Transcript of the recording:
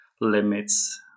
limits